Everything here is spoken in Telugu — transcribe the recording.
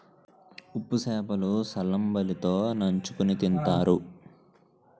ఉప్పు సేప లు సల్లంబలి తో నంచుకుని తింతారు